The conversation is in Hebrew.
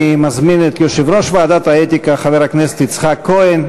אני מזמין את יושב-ראש ועדת האתיקה חבר הכנסת יצחק כהן.